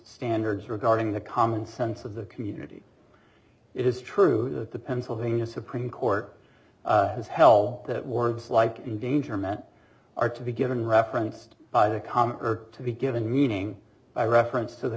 standards regarding the common sense of the community it is true that the pennsylvania supreme court has held that words like in danger meant are to be given referenced to be given meeting by reference to the